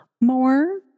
more